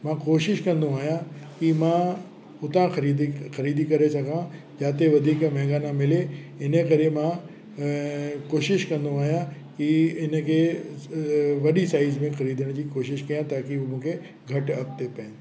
मां कोशिश कंदो आहियां कि मां हुतां ख़रीदी करे सघां जिते वधीक महांगा न मिले इन करे मां कोशिश कंदो आहियां कि इन खे वॾी साइज़ में ख़रीदण जी कोशिश कयां ताकी उन खे घटि अॻिते पइनि